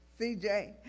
CJ